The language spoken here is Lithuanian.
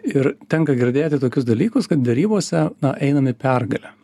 ir tenka girdėti tokius dalykus kad derybose na einam į pergalę